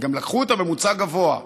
הם גם לקחו את הממוצע הגבוה,